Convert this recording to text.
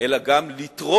אלא גם לתרום